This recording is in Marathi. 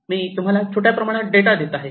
मी तुम्हाला छोट्या प्रमाणात डेटा देत आहे